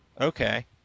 Okay